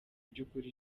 byukuri